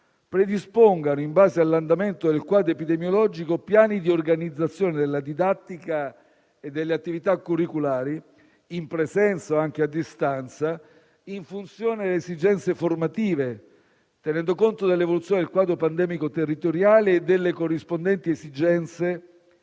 predispongano, in base all'andamento del quadro epidemiologico, piani di organizzazione della didattica e delle attività curriculari, in presenza o anche a distanza, in funzione delle esigenze formative, tenendo conto dell'evoluzione del quadro pandemico territoriale e delle corrispondenti esigenze